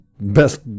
Best